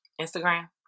Instagram